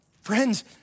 friends